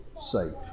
safe